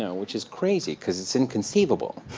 yeah which is crazy, because it's inconceivable,